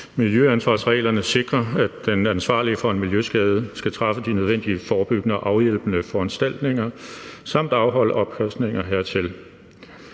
Miljøansvarsreglerne sikrer, at den ansvarlige for en miljøskade skal træffe de nødvendige forebyggende og afhjælpende foranstaltninger samt afholde omkostningerne hertil.